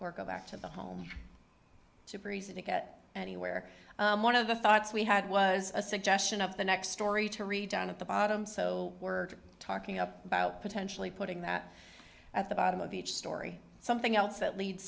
or go back to the home super easy to get anywhere one of the thoughts we had was a suggestion of the next story to read down at the bottom so we're talking up about potentially putting that at the bottom of each story something else that lead